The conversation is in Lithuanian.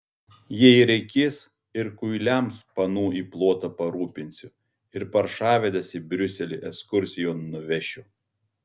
jei reikės ir kuiliams panų į plotą parūpinsiu ir paršavedes į briuselį ekskursijon nuvešiu